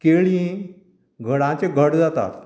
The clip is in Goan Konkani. केळीं घडाचें घड जातात